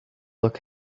look